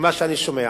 וממה שאני שומע.